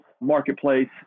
marketplace